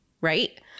right